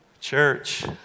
Church